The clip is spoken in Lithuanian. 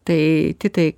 tai titai